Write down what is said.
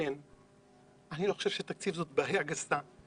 וכן, אני לא חושב שתקציב זאת בעיה גסה.